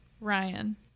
Ryan